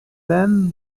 then